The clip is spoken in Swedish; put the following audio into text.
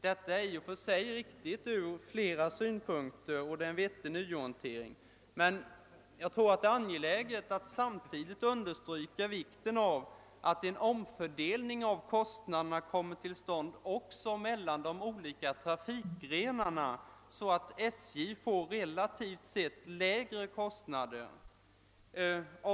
Detta är från flera synpunkter riktigt och en vettig nyorientering. Samtidigt bör man dock understryka vikten av att en omfördelning av kostnaderna kommer till stånd också mellan de olika trafikgrenarna, så att SJ får relativt sett lägre kostnader.